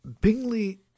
Bingley